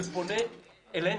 אני פונה אלינו,